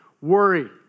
worry